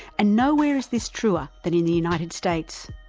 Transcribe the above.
and nowhere is this truer than in the united states.